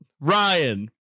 Ryan